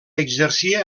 exercia